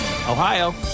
Ohio